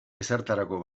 ezertarako